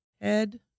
Head